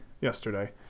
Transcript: yesterday